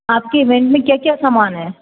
आपके इवेंट में क्या क्या समान है